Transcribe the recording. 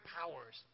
powers